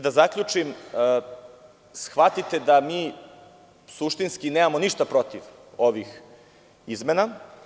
Da zaključim, shvatite da mi suštinski nemamo ništa protiv ovih izmena.